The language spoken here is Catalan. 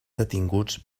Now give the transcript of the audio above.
detinguts